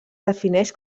defineix